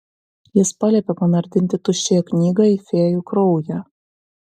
jis paliepė panardinti tuščiąją knygą į fėjų kraują